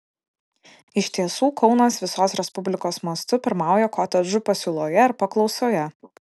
iš tiesų kaunas visos respublikos mastu pirmauja kotedžų pasiūloje ir paklausoje